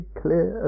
clear